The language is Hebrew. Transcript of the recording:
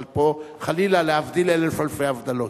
אבל פה, חלילה, להבדיל אלף אלפי הבדלות.